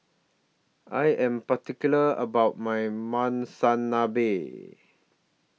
I Am particular about My Monsunabe